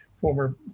former